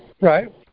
Right